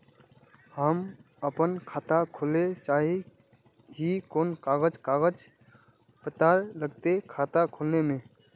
हम अपन खाता खोले चाहे ही कोन कागज कागज पत्तार लगते खाता खोले में?